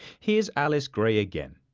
here's alice gray again.